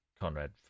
Conrad